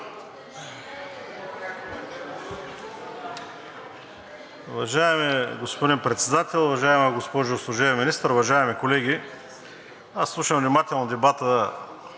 Уважаеми господин Председател, уважаема госпожо Служебен министър, уважаеми колеги! Слушам внимателно дебата